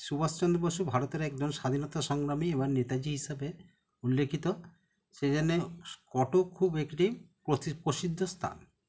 সুভাষচন্দ্র বসু ভারতের একজন স্বাধীনতা সংগ্রামী বা নেতাজি হিসাবে উল্লেখিত সেই জন্যে কটক খুব একটি প্রসিদ্ধ স্থান